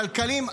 כלכליים,